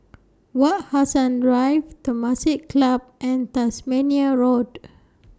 Wak Hassan Drive Temasek Club and Tasmania Road